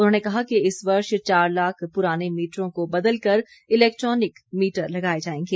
उन्होंने कहा कि इस वर्ष चार लाख पुराने मीटरों को बदलकर इलैक्ट्रॉनिक मीटर लगाए जाएंगे